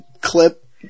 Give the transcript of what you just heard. clip